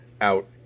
out